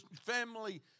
family